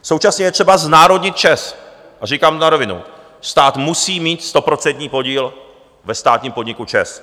Současně je třeba znárodnit ČEZ, a říkám to na rovinu, stát musí mít stoprocentní podíl ve státním podniku ČEZ.